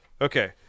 Okay